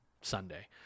Sunday